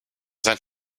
sein